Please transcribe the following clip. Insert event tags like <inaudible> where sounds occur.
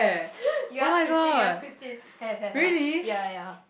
<noise> you ask Christine you ask Christine have have have ya ya